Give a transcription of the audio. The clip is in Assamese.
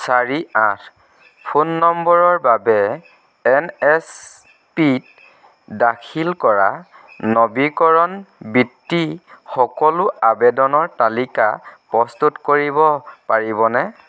চাৰি আঠ ফোন নম্বৰৰ বাবে এন এছ পিত দাখিল কৰা নবীকৰণ বৃত্তি সকলো আবেদনৰ তালিকা প্ৰস্তুত কৰিব পাৰিবনে